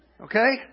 Okay